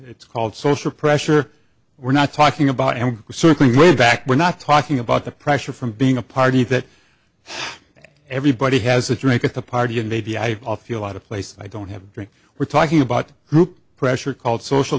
it's called social pressure we're not talking about him circling we're back we're not talking about the pressure from being a party that everybody has a drink at the party and maybe i have a few a lot of places i don't have drink we're talking about group pressure called social